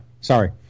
sorry